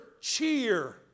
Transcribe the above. cheer